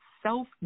self